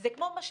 זה כמו משפך.